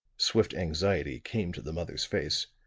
swift anxiety came to the mother's face.